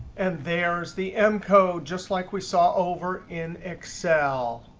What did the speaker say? and there is the m code, just like we saw over in excel.